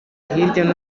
hirya